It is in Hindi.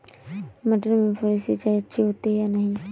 मटर में फुहरी सिंचाई अच्छी होती है या नहीं?